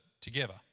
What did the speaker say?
together